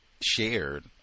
shared